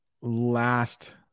last